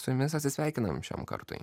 su jumis atsisveikinam šiam kartui